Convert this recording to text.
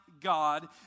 God